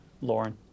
Lauren